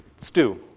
stew